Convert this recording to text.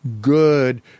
good